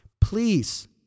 Please